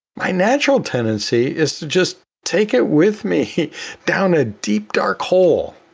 my natural tendency is to just take it with me down a deep, dark hole.